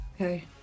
Okay